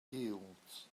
yields